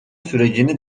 sürecini